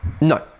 no